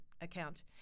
account